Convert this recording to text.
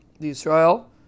Israel